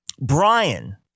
Brian